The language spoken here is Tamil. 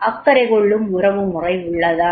அக்கறைகொள்ளும் உறவுமுறை உள்ளதா